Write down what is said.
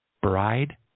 bride